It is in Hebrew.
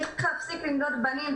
צריך להפסיק למדוד בנים.